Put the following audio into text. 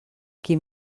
qui